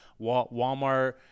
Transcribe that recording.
Walmart